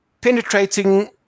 penetrating